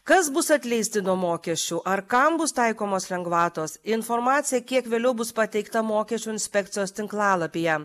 kas bus atleisti nuo mokesčių ar kam bus taikomos lengvatos informacija kiek vėliau bus pateikta mokesčių inspekcijos tinklalapyje